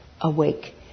awake